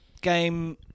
game